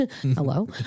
hello